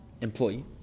employee